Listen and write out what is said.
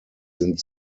sind